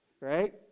right